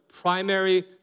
primary